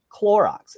Clorox